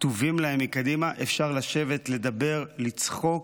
כתובים להם מקדימה, אפשר לשבת, לדבר, לצחוק